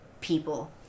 people